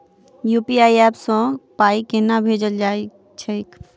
UPI app सँ पाई केना भेजल जाइत छैक?